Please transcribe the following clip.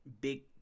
big